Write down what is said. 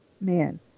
man